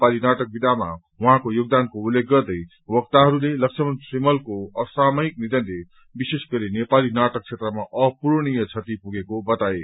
नेपाली नाटक विधामा उहाँको योगदानको उल्लेख गर्दै वक्ताहरूले लक्ष्मण श्रीमलको असामायिक निधनले विशेष गरी नेपाली नाटक क्षेत्रमा अपुरणीय क्षति पुगेको बताए